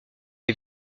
est